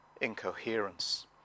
incoherence